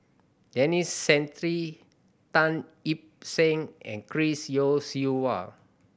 Denis Santry Tan Yip Seng and Chris Yeo Siew Hua